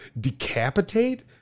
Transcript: decapitate